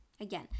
again